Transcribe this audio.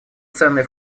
ценный